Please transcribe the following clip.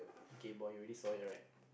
okay but you already saw it right